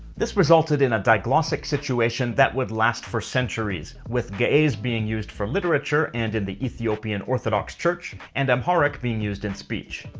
this resulted in a diglossic situation that would last for centuries, with ge'ez being used for literature and in the ethiopian orthodox church, and amharic being used in speech.